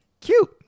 Cute